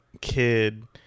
kid